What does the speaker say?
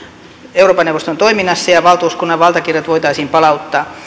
euroopan neuvoston toiminnassa ja ja valtuuskunnan valtakirjat voitaisiin palauttaa